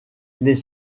les